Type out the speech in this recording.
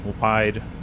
wide